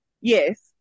Yes